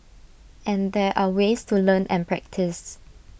and there are ways to learn and practice